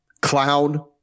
clown